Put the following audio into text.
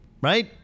Right